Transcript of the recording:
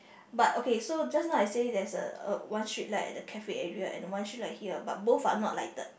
but okay so just now I said there is a one switch light at the cafe area and one switch light here but both are not lighted